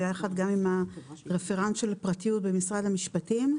ויחד עם הרפרנט של הפרטיות במשרד המשפטים,